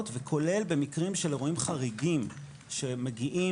וכולל במקרים של אירועים חריגים שמגיעים,